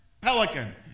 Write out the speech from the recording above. Pelican